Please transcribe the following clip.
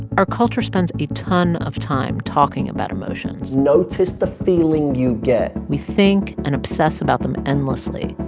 our culture spends a ton of time talking about emotions notice the feeling you get we think and obsess about them endlessly.